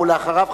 ואחריו,